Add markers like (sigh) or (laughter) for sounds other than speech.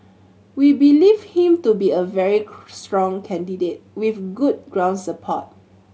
we believe him to be a very (unintelligible) strong candidate with good ground support